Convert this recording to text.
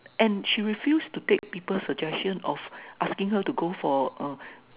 and she refuse to take people's suggestion of asking her to go for a